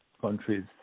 countries